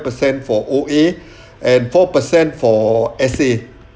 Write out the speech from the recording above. percent for O_A and four per cent for S_A